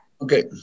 Okay